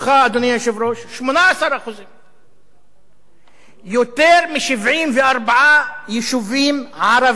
18%. יותר מ-74 יישובים ערביים נמצאים